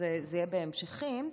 אז זה יהיה בהמשכים,